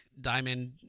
diamond